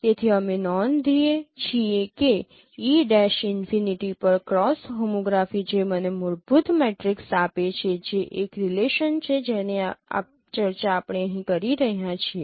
તેથી અમે નોંધીએ છીએ કે e' ઇનફિનિટી પર ક્રોસ હોમોગ્રાફી જે મને મૂળભૂત મેટ્રિક્સ આપે છે જે એક રિલેશન છે જેની ચર્ચા આપણે અહીં કરી રહ્યા છીએ